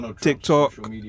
TikTok